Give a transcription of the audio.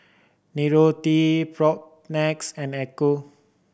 Nicorette Propnex and Ecco